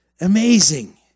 amazing